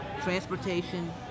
transportation